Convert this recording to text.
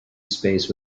space